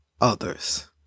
others